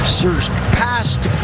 surpassed